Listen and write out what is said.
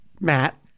Matt